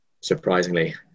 surprisingly